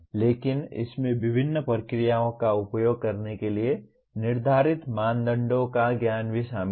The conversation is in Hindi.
लेकिन इसमें विभिन्न प्रक्रियाओं का उपयोग करने के लिए निर्धारित मानदंडों का ज्ञान भी शामिल है